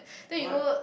what